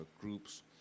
groups